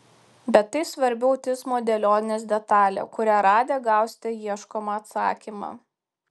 bet tai svarbi autizmo dėlionės detalė kurią radę gausite ieškomą atsakymą